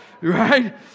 Right